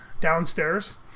downstairs